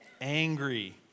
angry